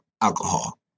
alcohol